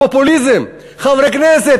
פופוליזם: חברי כנסת,